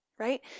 Right